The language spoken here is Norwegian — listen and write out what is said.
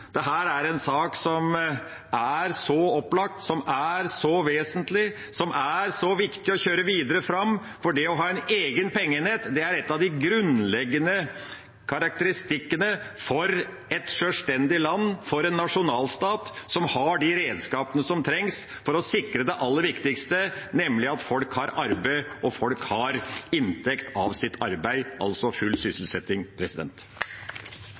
er en sak som er så opplagt, som er så vesentlig, som er så viktig å kjøre videre fram, for det å ha en egen pengeenhet er en av de grunnleggende karakteristikkene for et sjølstendig land, for en nasjonalstat som har de redskapene som trengs for å sikre det aller viktigste: nemlig at folk har arbeid, og at folk har inntekt av sitt arbeid – altså full sysselsetting.